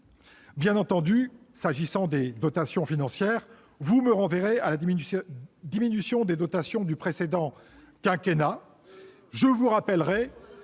Bien entendu, s'agissant des dotations financières, vous me renverrez à la diminution des dotations du précédent quinquennat. Oui ! On s'en